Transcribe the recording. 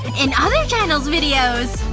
in other channel's videos!